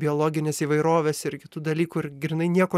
biologinės įvairovės ir kitų dalykų ir grynai nieko